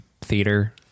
theater